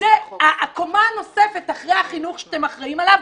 וזו הקומה הנוספת אחרי החינוך שאתם אחראים עליו,